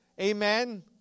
Amen